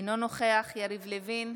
אינו נוכח יריב לוין,